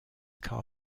car